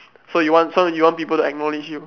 so you want so you want people to acknowledge you